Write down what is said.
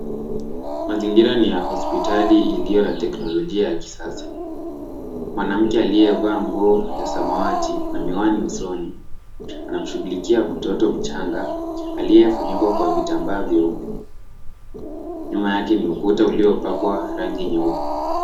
Mazingira ni ya hospitali iliyo na teknolojia ya kisasa. Mwanamke aliyevaa nguo ya samawati na miwani ya usoni anamshugulikia mtoto mchanga aliyefunikwa kwa vitambaa vyeupe. Nyuma yake ni ukuta uliopakwa rangi nyeupe.